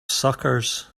suckers